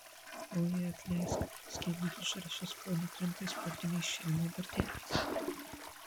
oje atleisk skelbė užrašas po nutrintais sportiniais šelmio bateliais